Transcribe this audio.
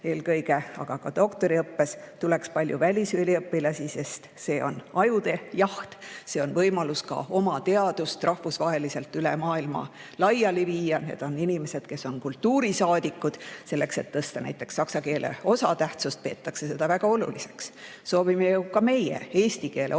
aga ka doktoriõppesse tuleks palju välisüliõpilasi, sest see on ajude jaht, see on võimalus ka oma teadust rahvusvaheliselt üle maailma laiali viia. Need on inimesed, kes on kultuurisaadikud. Selleks et tõsta näiteks saksa keele osatähtsust, peetakse seda väga oluliseks. Soovime ju ka meie eesti keele osatähtsust